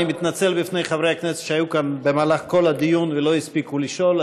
אני מתנצל בפני חברי הכנסת שהיו כאן במהלך כל הדיון ולא הספיקו לשאול,